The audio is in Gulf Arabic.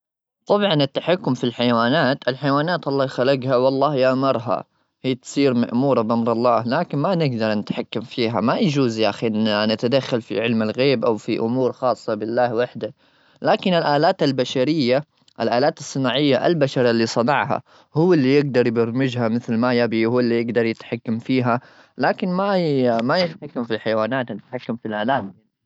طبعا، التحكم في الحيوانات؟ الحيوانات الله خلقها والله يأمرها هي تصير مأمورة، بأمر الله. لكن ما نقدر أن نتحكم فيها. ما يجوز يا أخي إننا نتدخل في علم الغيب أو في أمور خاصة بالله وحده. لكن الآلات البشرية، الآلات الصناعية البشر اللي صنعها، هو اللي يقدر يبرمجها مثل ما يبي. هو اللي يقدر يتحكم فيها. لكن ما-ما في حيوانات نتحكم فيها، الآلات حنا اللي نقدر نوجهها.